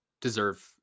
deserve